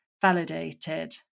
validated